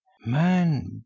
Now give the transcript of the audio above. man